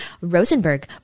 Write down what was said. Rosenberg